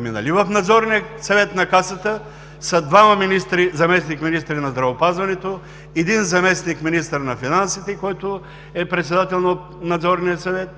Нали в Надзорния съвет на Касата са двама заместник-министри на здравеопазването, един заместник-министър на финансите, който е председател на Надзорния съвет,